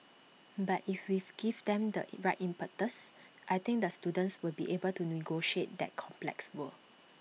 but if we give them the right impetus I think the students will be able to negotiate that complex world